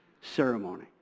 ceremony